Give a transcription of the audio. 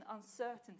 uncertainty